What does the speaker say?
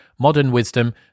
modernwisdom